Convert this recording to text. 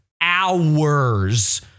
hours